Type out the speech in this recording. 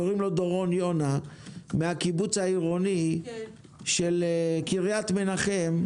קוראים לו דורון יונה מהקיבוץ העירוני של קריית מנחם.